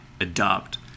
adopt